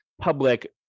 public